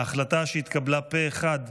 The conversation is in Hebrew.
ההחלטה, שהתקבלה פה אחד,